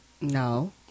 No